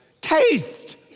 Taste